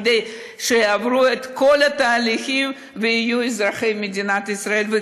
כדי שיעברו את כל התהליכים ויהיו אזרחי מדינת ישראל.